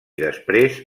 després